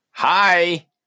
Hi